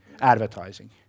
advertising